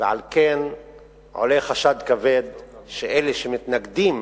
ועל כן עולה חשד כבד שאלה שמתנגדים